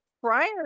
prior